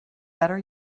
better